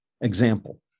Example